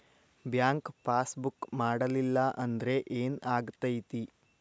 Bank passbook ಮಾಡಲಿಲ್ಲ ಅಂದ್ರೆ ಏನ್ ಆಗ್ತೈತಿ?